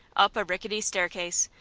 up a rickety staircase,